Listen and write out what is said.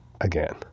again